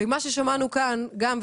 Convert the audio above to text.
ומה ששמענו כאן גם,